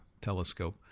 telescope